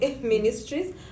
ministries